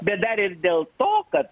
bet dar ir dėl to kad